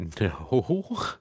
No